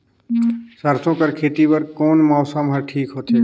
सरसो कर खेती बर कोन मौसम हर ठीक होथे ग?